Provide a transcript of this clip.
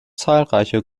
zahlreiche